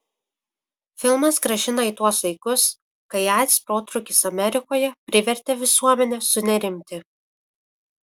filmas grąžina į tuos laikus kai aids protrūkis amerikoje privertė visuomenę sunerimti